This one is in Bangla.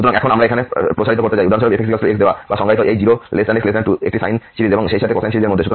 সুতরাং এখন এখানে আমরা প্রসারিত করতে চাই উদাহরণস্বরূপ fx x দেওয়া বা সংজ্ঞায়িত এই 0 x 2 একটি সাইন সিরিজ এবং সেইসাথে কোসাইন সিরিজের মধ্যে